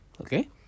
Okay